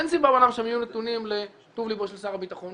אין שום סיבה שהם יהיו נתונים לטוב ליבו של שר הביטחון,